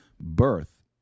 Birth